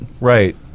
right